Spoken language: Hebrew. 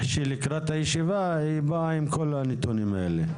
שלקראת הישיבה היא באה עם כל הנתונים האלה.